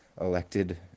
elected